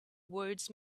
words